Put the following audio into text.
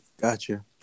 Gotcha